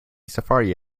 safari